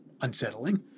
unsettling